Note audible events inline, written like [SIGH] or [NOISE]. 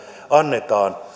annetaan [UNINTELLIGIBLE]